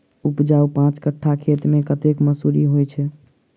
उपजाउ पांच कट्ठा खेत मे कतेक मसूरी होइ छै?